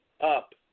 up